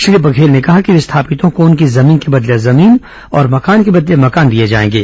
श्री बघेल ने कहा कि विस्थापितों को उनकी जमीन के बदले जमीन मकान के बदले मकान दिए जाएंगे